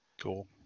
Cool